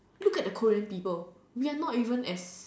look at the Korean people we are not even as